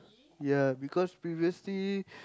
ya because previously